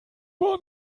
war